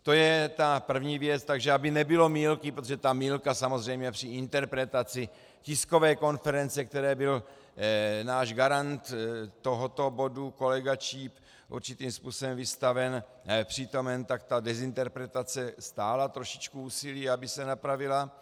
To je ta první věc, takže aby nebylo mýlky, protože ta mýlka samozřejmě při interpretaci tiskové konference, které byl náš garant tohoto bodu kolega Číp určitým způsobem přítomen, tak ta dezinterpretace stála trošičku úsilí, aby se napravila.